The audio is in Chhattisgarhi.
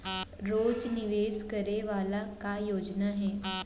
रोज निवेश करे वाला का योजना हे?